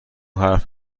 حرف